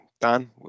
Dan